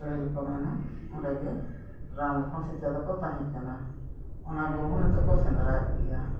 ᱯᱟᱹᱦᱤᱞ ᱠᱚ ᱢᱮᱱᱟ ᱚᱸᱰᱮᱜᱮ ᱨᱟᱢ ᱞᱚᱠᱠᱷᱚᱱ ᱥᱤᱛᱟᱹ ᱫᱚᱠᱚ ᱛᱟᱦᱮᱸ ᱠᱟᱱᱟ ᱚᱱᱟ ᱵᱩᱨᱩ ᱦᱚᱸ ᱱᱤᱛᱚᱜ ᱠᱚ ᱥᱮᱸᱫᱽᱨᱟᱭᱮᱫ ᱜᱮᱭᱟ